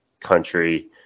country